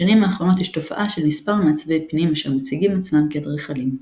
בשנים האחרונות יש תופעה של מספר מעצבי פנים אשר מציגים עצמם כאדריכלים.